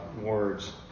words